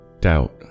doubt